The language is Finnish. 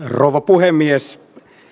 rouva puhemies